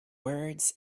words